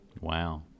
Wow